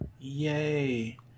Yay